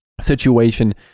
situation